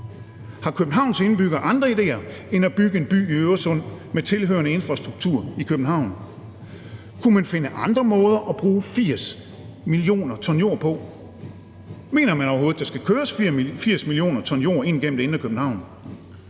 Har Københavns indbyggere andre idéer end at bygge en by i Øresund med tilhørende infrastruktur i København? Kunne man finde andre måder at bruge 80 mio. t jord på? Mener man overhovedet, der skal køres 80 mio. t jord ind gennem det indre København?